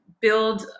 build